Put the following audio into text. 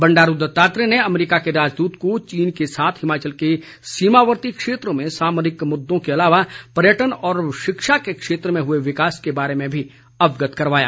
बंडारू दत्तात्रेय ने अमेरिका के राजदूत को चीन के साथ हिमाचल के सीमावर्ती क्षेत्रों में सामरिक मुद्दों के अलावा पर्यटन और शिक्षा के क्षेत्र में हुए विकास के बारे में भी अवगत करवाया